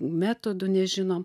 metodų nežinom